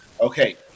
Okay